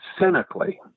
cynically